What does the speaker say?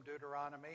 Deuteronomy